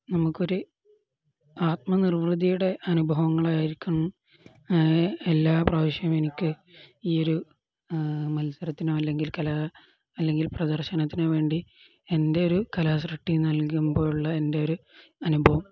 നമുക്കൊരു ആത്മനിർവൃതിയുടെ അനുഭവങ്ങളായിരിക്കും എല്ലാ പ്രാവശ്യവും എനിക്ക് ഈ ഒരു മത്സരത്തിനോ അല്ലെങ്കിൽ കല അല്ലെങ്കിൽ പ്രദർശനത്തിനോ വേണ്ടി എൻ്റെ ഒരു കലാസൃഷ്ടി നൽകുമ്പോഴുള്ള എൻ്റെ ഒരു അനുഭവം